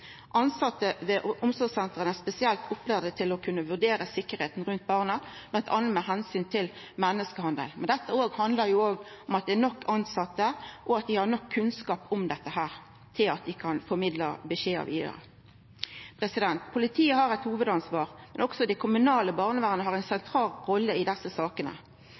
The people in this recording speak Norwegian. ved omsorgssentra er spesielt lærte opp til å kunna vurdera sikkerheita rundt barna, bl.a. med omsyn til menneskehandel. Men òg dette handlar om at det er nok tilsette, og at dei har nok kunnskap om dette til at dei kan formidla beskjedar vidare. Politiet har eit hovudansvar, men også det kommunale barnevernet har ei sentral rolle i desse sakene.